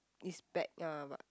it's bag ah but